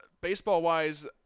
Baseball-wise